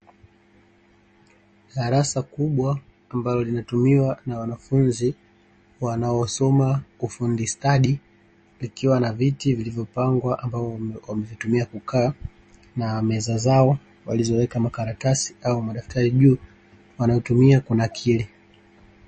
Darasa kubwa ambalo linatumiwa na wanafunzi wanaosoma ufundi stadi, likiwa na viti vilivyopangwa ambavyo wamevitumia kukaa na meza zao walizoweka makaratasi au madaftari juu wanayotumia kunakiri.